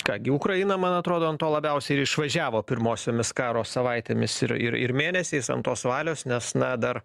ką gi ukraina man atrodo ant to labiausiai ir išvažiavo pirmosiomis karo savaitėmis ir ir mėnesiais ant tos valios nes na dar